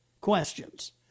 questions